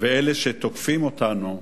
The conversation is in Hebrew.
ועל אלה שתוקפים אותנו,